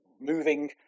moving